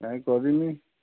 ନାଇଁ କରିନି